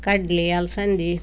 ಕಡಲೇ ಅಲ್ಸಂದೆ